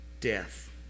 death